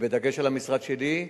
ובדגש על המשרד שלי,